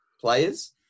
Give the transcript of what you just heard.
players